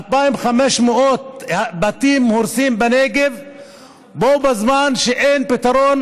2,500 בתים הורסים בנגב בזמן שאין פתרון